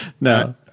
No